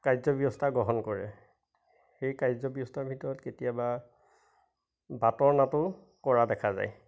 কাৰ্য ব্যৱস্থা গ্ৰহণ কৰে সেই কাৰ্য ব্যৱস্থাৰ ভিতৰত কেতিয়াবা বাটৰ নাটো কৰা দেখা যায়